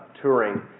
touring